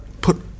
put